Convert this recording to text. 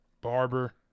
Barber